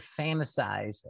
fantasize